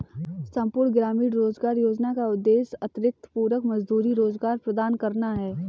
संपूर्ण ग्रामीण रोजगार योजना का उद्देश्य अतिरिक्त पूरक मजदूरी रोजगार प्रदान करना है